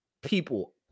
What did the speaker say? people